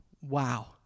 wow